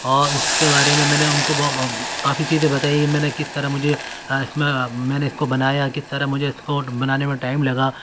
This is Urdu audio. اور اس کے بارے میں میں نے ان کو کافی چیزیں بتائیں میں نے کس طرح مجھے اس میں میں نے اس کو بنایا کس طرح مجھے اس کو بنانے میں ٹائم لگا